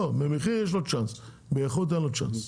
במחיר יש לו צ'אנס, באיכות אין לו צ'אנס.